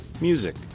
music